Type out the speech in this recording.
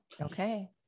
Okay